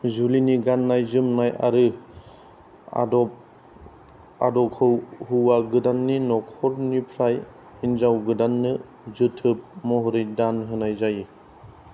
जुलिनि गाननाय जोमनाय आरो आदब आद' खौ हौवा गोदाननि नखरनिफ्राय हिन्जाव गोदाननो जोथोब महरै दान होनाय जायो